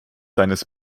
seines